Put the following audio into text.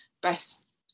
best